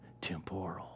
temporal